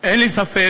אין לי ספק